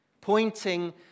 pointing